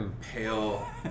pale